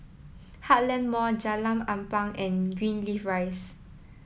Heartland Mall Jalan Ampang and Greenleaf Rise